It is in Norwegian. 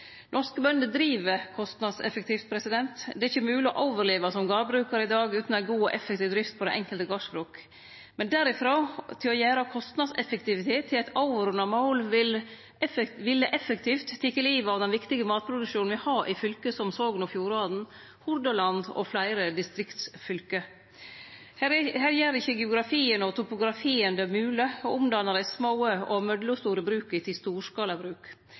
Norske bønder driv kostnadseffektivt. Det er ikkje mogleg å overleve som gardbrukar i dag utan ei god og effektiv drift på det einskilde gardsbruket, men derifrå til å gjere kostnadseffektivitet til eit overordna mål ville effektivt teke livet av den viktige matproduksjonen me har i fylke som Sogn og Fjordane, Hordaland og fleire distriktsfylke. Her gjer ikkje geografien og topografien det mogleg å omskape dei små og mellomstore bruka til storskalabruk. Difor er eg glad for at det no skal skje ei satsing på nettopp dei små og